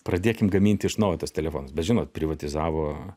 pradėkim gaminti iš naujo tuos telefonus bet žinot privatizavo